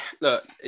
look